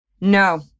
No